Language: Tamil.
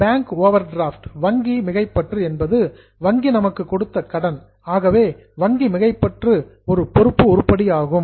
பேங்க் ஓவர்டிராப்ட் வங்கி மிகைப்பற்று என்பது வங்கி நமக்கு கொடுத்த கடன் ஆகவே வங்கி மிகைப்பற்று ஒரு பொறுப்பு உருப்படியாகும்